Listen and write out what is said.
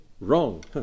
wrong